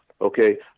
okay